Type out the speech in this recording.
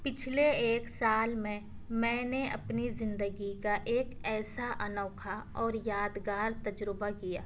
پچھلے ایک سال میں میں نے اپنی زندگی کا ایک ایسا انوکھا اور یادگار تجربہ کیا